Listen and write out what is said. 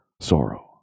sorrow